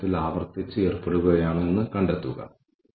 കൂടാതെ ചില നടപടികൾ ചില മാനദണ്ഡങ്ങൾ സ്ഥാപിക്കേണ്ടതുണ്ട്